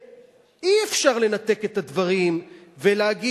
אי-אפשר לנתק את הדברים ולהגיד: